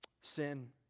sin